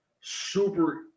super